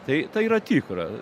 tai tai yra tikra